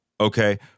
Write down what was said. okay